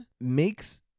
makes